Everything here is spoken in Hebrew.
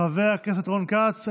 חבר הכנסת רון כץ,